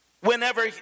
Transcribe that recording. Whenever